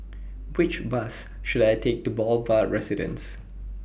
Which Bus should I Take to The Boulevard Residence